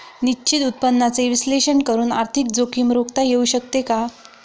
निश्चित उत्पन्नाचे विश्लेषण करून आर्थिक जोखीम रोखता येऊ शकते का?